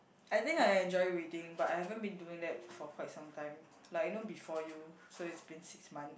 I think I enjoy reading but I haven't been doing that for quite some time like you know before you so it's been six month